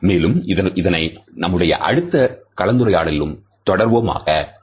மேலும் இதனை நம்முடைய அடுத்த கலந்துரையாடலில் தொடர்வோம் ஆக